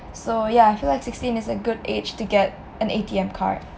so ya I feel like sixteen is a good age to get an A_T_M card